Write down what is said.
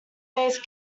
base